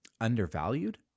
undervalued